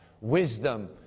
wisdom